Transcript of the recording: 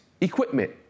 equipment